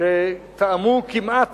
שתאמו כמעט,